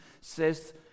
says